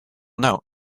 note